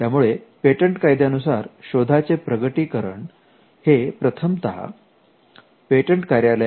त्यामुळे पेटंट कायद्यानुसार शोधाचे प्रगटीकरण हे प्रथमतः पेटंट कार्यालयाकडे करणे आवश्यक आहे